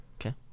okay